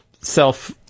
self